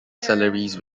salaries